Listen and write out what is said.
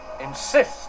insist